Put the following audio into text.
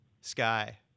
sky